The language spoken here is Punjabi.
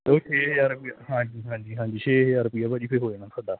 ਓ ਛੇ ਹਜਾਰ ਰੁਪਈਆ ਹਾਂਜੀ ਹਾਂਜੀ ਛੇ ਹਜਾਰ ਰੁਪਈਆ ਭਾਅ ਜੀ ਫਿਰ ਹੋ ਜਾਣਾ ਥੋਡਾ